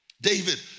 David